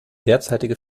derzeitige